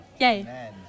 Yay